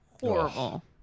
Horrible